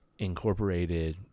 incorporated